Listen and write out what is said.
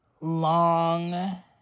long